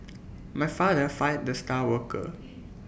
my father fired the star worker